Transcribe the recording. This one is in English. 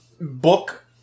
book